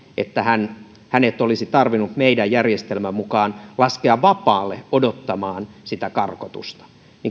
että hänet olisi tarvinnut meidän järjestelmämme mukaan laskea vapaalle odottamaan sitä karkotusta